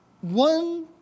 one